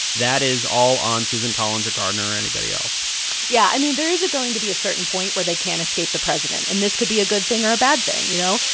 that is all on susan collins or gardner or anybody else yeah. i mean, there isn't going to be a certain point where they can escape the president, and this could be a good thing or a bad thing, you know?